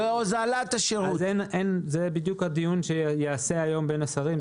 זה בדיוק הדיון שייעשה היום בין השרים.